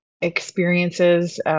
experiences